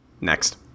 Next